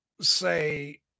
say